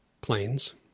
planes